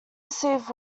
received